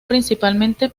principalmente